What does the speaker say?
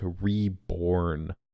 reborn